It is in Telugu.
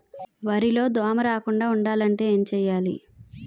వరిలో దోమ రాకుండ ఉండాలంటే ఏంటి చేయాలి?